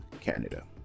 Canada